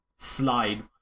Slide